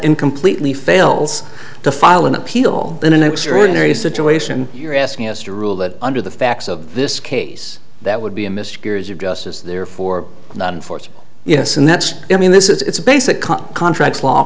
and completely fails to file an appeal in an extraordinary situation you're asking us to rule that under the facts of this case that would be a miscarriage of justice therefore not in force yes and that's i mean this is it's a basic contract law